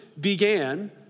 began